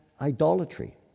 idolatry